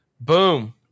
boom